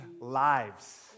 lives